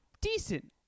decent